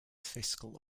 fiscal